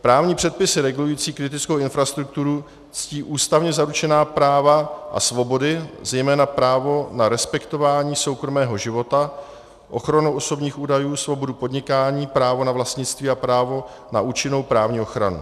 Právní předpisy regulující kritickou infrastrukturu ctí ústavně zaručená práva a svobody, zejména právo na respektování soukromého života, ochranu osobních údajů, svobodu podnikání, právo na vlastnictví a právo na účinnou právní ochranu.